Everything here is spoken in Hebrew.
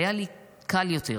היה לי 'קל' יותר.